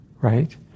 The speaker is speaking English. right